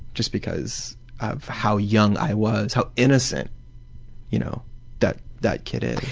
just because of how young i was, how innocent you know that that kid is.